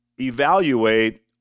evaluate